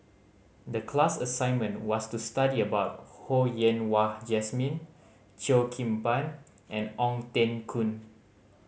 the class assignment was to study about Ho Yen Wah Jesmine Cheo Kim Ban and Ong Teng Koon